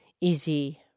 easy